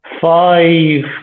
five